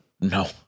No